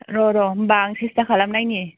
र' र' होमबा आं सेस्था खालामनायनि